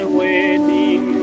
waiting